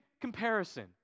comparison